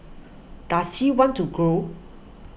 does he want to grow